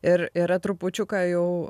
ir yra trupučiuką jau